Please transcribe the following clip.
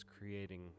creating